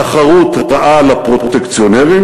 התחרות רעה לפרוטקציונרים,